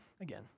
again